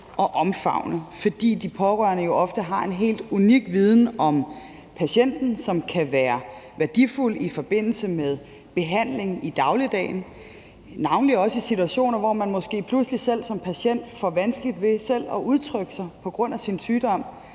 og omfavne, fordi de pårørende jo ofte har en helt unik viden om patienten, som kan være værdifuld i forbindelse med behandling i dagligdagen, navnlig også i situationer, hvor man måske pludselig som patient får vanskeligt ved selv at udtrykke sig på grund af sin sygdom.